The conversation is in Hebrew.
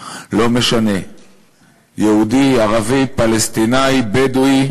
לא משנה יהודי, ערבי, פלסטיני, בדואי.